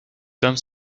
comme